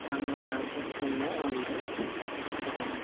നമ്മൾ താമസിക്കുന്നതു കൊണ്ട് വെച്ചതാണ്